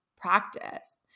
practice